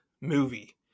movie